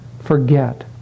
forget